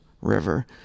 River